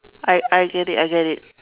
I I I get it I get it